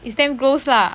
is damn gross lah